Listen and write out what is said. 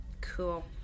Cool